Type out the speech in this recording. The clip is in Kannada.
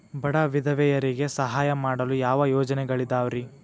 ಬಡ ವಿಧವೆಯರಿಗೆ ಸಹಾಯ ಮಾಡಲು ಯಾವ ಯೋಜನೆಗಳಿದಾವ್ರಿ?